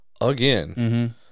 again